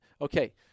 Okay